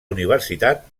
universitat